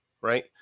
right